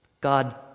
God